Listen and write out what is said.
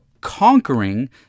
conquering